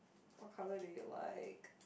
what colour do you like